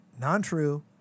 non-true